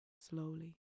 slowly